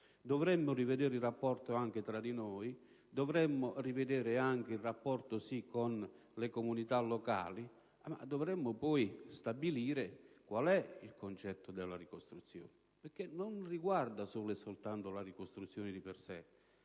dovremmo rivedere il rapporto anche tra di noi e con le comunità locali e dovremmo stabilire qual è il concetto della ricostruzione, perché non riguarda solo e soltanto la ricostruzione di per sé.